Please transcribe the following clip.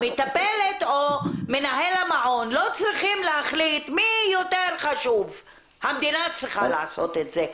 המטפלת או מנהל המעון להחליט מי יותר חשוב - המדינה צריכה לעשות את זה.